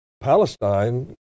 Palestine